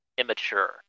Immature